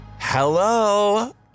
Hello